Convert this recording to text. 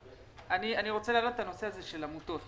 אני רוצה להעלות את הנושא של עמותות.